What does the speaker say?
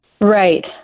Right